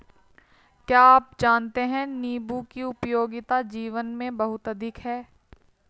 क्या आप जानते है नीबू की उपयोगिता जीवन में बहुत अधिक है